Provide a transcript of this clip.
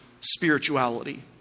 spirituality